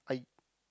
I